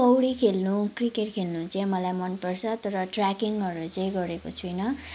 पौडी खेल्नु क्रिकेट खेल्नु चाहिँ मलाई मनपर्छ तर ट्रयाकिङहरू चाहिँ गरेको छुइनँ